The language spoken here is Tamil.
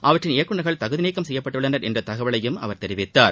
அவற்றின் இயக்குநர்கள் தகுதிநீக்கம் செய்யப்பட்டுள்ளனர் என்ற தகவலையும் அவர் கூறினார்